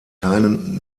keinen